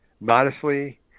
modestly